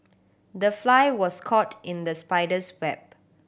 the fly was caught in the spider's web